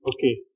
Okay